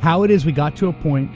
how it is we got to a point